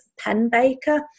penbaker